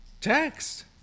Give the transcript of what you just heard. text